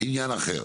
עניין אחר.